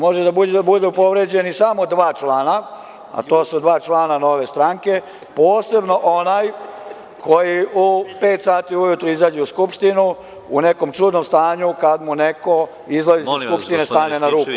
Mogu da budu povređena samo dva člana, a to su dva člana Nove stranke, posebno onaj koji u pet sati ujutru izađe u Skupštinu u nekom čudnom stanju, kada mu neko ispred Skupštine stane na ruku.